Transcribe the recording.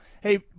Hey